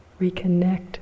Reconnect